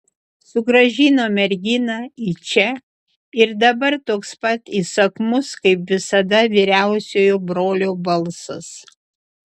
sugrąžino merginą į čia ir dabar toks pat įsakmus kaip visada vyriausiojo brolio balsas